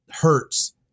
hurts